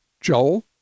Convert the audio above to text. Joel